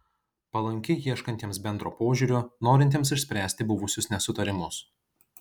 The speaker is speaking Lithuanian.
palanki ieškantiems bendro požiūrio norintiems išspręsti buvusius nesutarimus